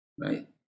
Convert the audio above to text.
right